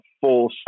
full